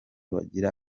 bagira